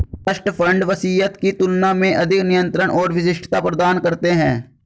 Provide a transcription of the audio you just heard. trust fund वसीयत की तुलना में अधिक नियंत्रण और विशिष्टता प्रदान करते हैं